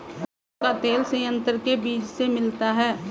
कुसुम का तेल संयंत्र के बीज से मिलता है